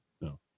No